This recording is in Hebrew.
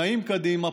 נעים קדימה,